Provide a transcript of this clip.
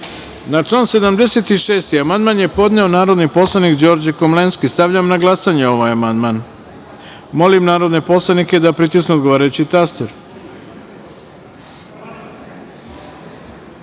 član 73. amandman je podneo narodni poslanik Đorđe Komlenski. Stavljam na glasanje ovaj amandman. Molim narodne poslanike da pritisnu odgovarajući